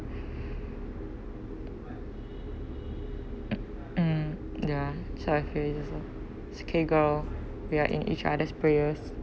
mm ya so I feel this loh it's okay girl we're in each other's prayers